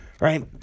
right